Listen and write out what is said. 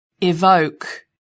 evoke